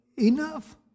enough